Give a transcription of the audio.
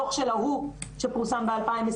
שאנחנו צריכים להיות מודעים.